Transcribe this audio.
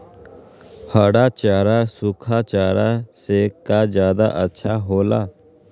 हरा चारा सूखा चारा से का ज्यादा अच्छा हो ला?